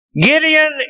Gideon